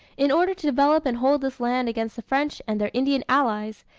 in order to develop and hold this land against the french and their indian allies,